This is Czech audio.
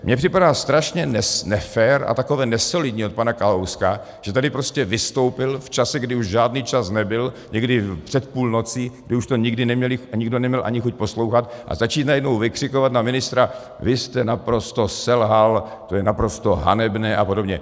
Mně připadá strašně nefér a takové nesolidní od pana Kalouska, že tady prostě vystoupil v čase, kdy už žádný čas nebyl, někdy před půlnocí, kdy už to nikdo neměl ani chuť poslouchat, a začít najednou vykřikovat na ministra: vy jste naprosto selhal, to je naprosto hanebné a podobně.